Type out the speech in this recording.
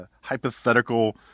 hypothetical